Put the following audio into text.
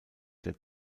der